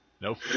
Nope